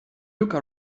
looked